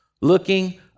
looking